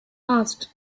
asked